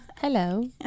Hello